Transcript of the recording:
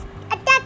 attack